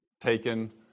taken